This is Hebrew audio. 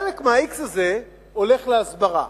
חלק מה-x הזה הולך להסברה,